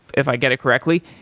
if i get it correctly,